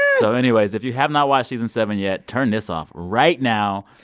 so anyways, if you have not watched season seven yet, turn this off right now.